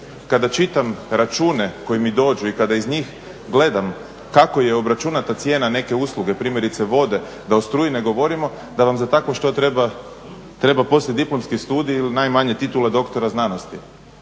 kada čitam račune koji mi dođu i kada iz njih gledam kako je obračunata cijena neke usluge, primjerice vode, da o struji ne govorimo, da vam za takvo što treba poslijediplomski studij ili najmanje titula doktora znanosti.